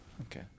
Okay